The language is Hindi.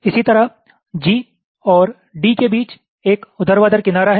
इसी तरह G और D के बीच एक ऊर्ध्वाधर किनारा है